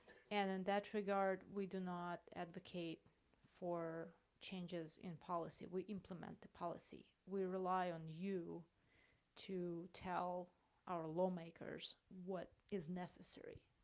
and in that regard, we do not advocate for changes in policy. we implement the policy. we rely on you to tell our ah lawmakers what is necessary.